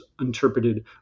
interpreted